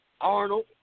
Arnold